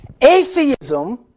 atheism